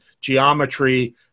geometry